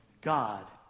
God